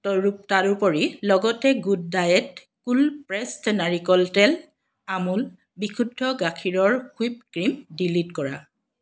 তৰো তাৰোপৰি লগতে good diet cold pressed নাৰিকল তেল আমুল বিশুদ্ধ গাখীৰৰ হুইপ ক্ৰিম ডিলিট কৰা